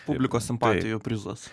publikos simpatijų prizas